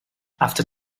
after